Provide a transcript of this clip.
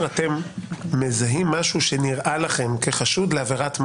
אתם מזהים משהו שנראה לכם כחשוד לעבירת מס.